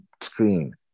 screen